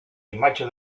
imatge